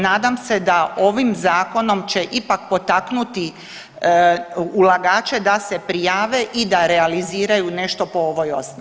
Nadam se da ovim zakonom će ipak potaknuti ulagače da se prijave i da realiziraju nešto po ovoj osnovi.